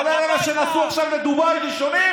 כולל אלה שנסעו עכשיו לדובאי ראשונים,